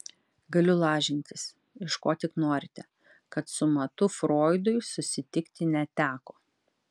galiu lažintis iš ko tik norite kad su matu froidui susitikti neteko